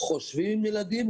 חושבים ילדים,